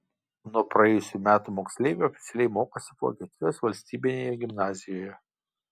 nuo praėjusių metų moksleiviai oficialiai mokosi vokietijos valstybinėje gimnazijoje